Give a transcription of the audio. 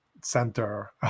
center